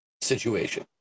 situation